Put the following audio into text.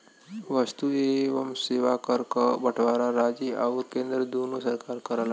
वस्तु एवं सेवा कर क बंटवारा राज्य आउर केंद्र दूने सरकार करलन